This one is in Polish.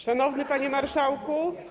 Szanowny Panie Marszałku!